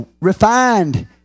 refined